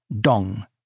Dong –